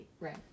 Right